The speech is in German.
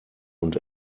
und